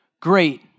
great